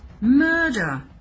murder